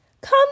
Come